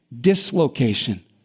dislocation